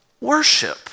worship